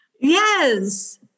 Yes